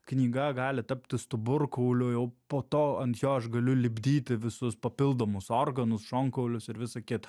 knyga gali tapti stuburkauliu jau po to ant jo aš galiu lipdyti visus papildomus organus šonkaulius ir visa kita